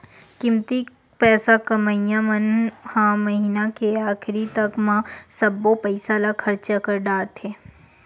कमती पइसा कमइया मन ह महिना के आखरी तक म सब्बो पइसा ल खरचा कर डारथे